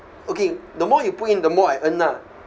okay the more you put in the more I earn ah